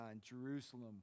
Jerusalem